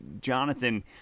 Jonathan